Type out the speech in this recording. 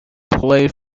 played